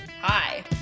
hi